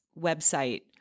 website